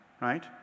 right